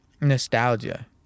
Nostalgia